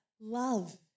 love